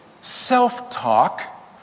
self-talk